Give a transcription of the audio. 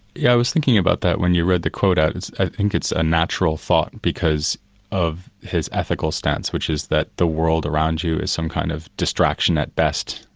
yeah i was thinking about that when you read the quote out. i think it's a natural thought because of his ethical stance which is that the world around you is some kind of distraction at best,